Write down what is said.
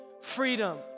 freedom